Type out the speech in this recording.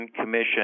Commission